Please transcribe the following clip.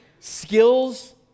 Skills